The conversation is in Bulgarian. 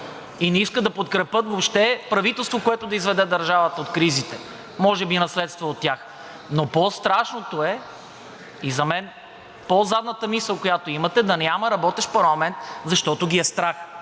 и не искат да подкрепят въобще правителство, което да изведе държавата от кризите – може би наследство от тях. Но по-страшното е – и за мен по-задната мисъл, която имат, е да няма работещ парламент, защото ги е страх.